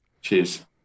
Cheers